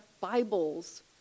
Bibles